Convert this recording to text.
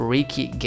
Ricky